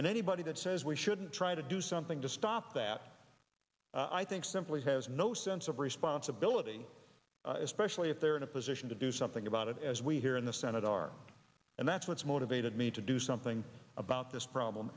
and anybody that says we shouldn't try to do something to stop that i think simply has no sense of responsibility especially if they're in a position to do something about it as we here in the senate are and that's what's motivated me to do something about this problem